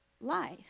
life